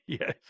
Yes